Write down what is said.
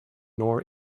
nor